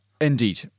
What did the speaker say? Indeed